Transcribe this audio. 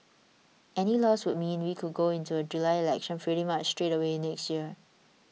any loss would mean we could go into a July election pretty much straight away next year